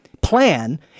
plan